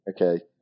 Okay